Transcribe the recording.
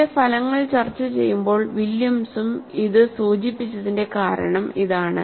തന്റെ ഫലങ്ങൾ ചർച്ചചെയ്യുമ്പോൾ വില്യംസും ഇത് സൂചിപ്പിച്ചതിന്റെ കാരണം ഇതാണ്